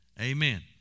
amen